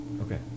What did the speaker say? Okay